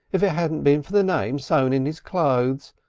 if it hadn't been for the name sewn in his clothes.